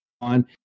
on